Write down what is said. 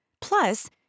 Plus